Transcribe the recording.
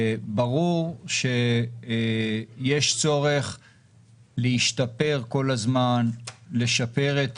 ברור שיש צורך להשתפר כל הזמן, לשפר את